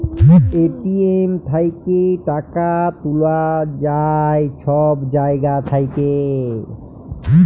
ATM থ্যাইকে টাকা তুলা যায় ছব জায়গা থ্যাইকে